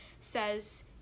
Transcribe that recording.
says